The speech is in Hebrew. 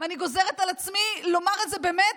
אני גוזרת על עצמי לומר את זה באמת